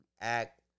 act